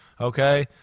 okay